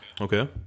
Okay